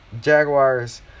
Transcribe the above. Jaguars